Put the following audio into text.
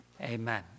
amen